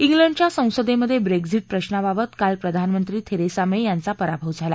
इंग्लंडच्या संसदेमधे ब्रेक्झीट प्रश्नाबाबत काल प्रधानमंत्री थेरेसा मे यांचा पराभव झाला